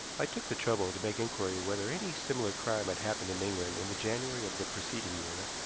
i took the trouble to make inquiry whether any similar crime had happened in england in the january of the preceding year,